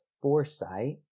foresight